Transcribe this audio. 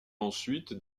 ensuite